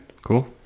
Cool